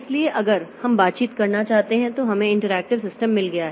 इसलिए अगर हम बातचीत करना चाहते हैं तो हमें इंटरैक्टिव सिस्टम मिल गया है